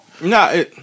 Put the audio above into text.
No